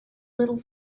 little